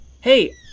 Hey